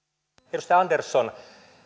edustaja andersson